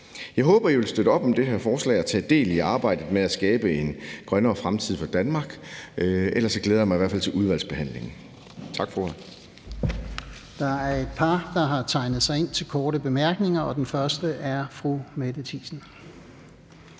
Jeg håber, I vil støtte op om det her forslag og tage del i arbejdet med at skabe en grønnere fremtid for Danmark – ellers glæder jeg mig i hvert fald til udvalgsbehandlingen.